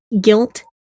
guilt